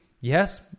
yes